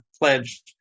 pledged